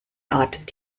art